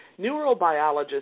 Neurobiologist